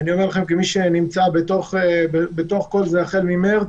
ואני אומר לכם כמי שנמצא בתוך כל זה החל מחודש מרץ